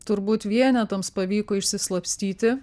turbūt vienetams pavyko išsislapstyti